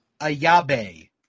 Ayabe